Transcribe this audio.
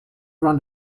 run